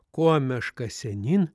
kuo meška senyn